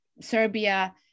Serbia